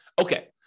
Okay